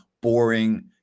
boring